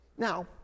Now